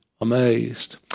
amazed